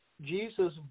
Jesus